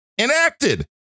enacted